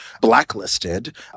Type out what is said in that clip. blacklisted